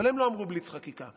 אבל הם לא אמרו בליץ חקיקה.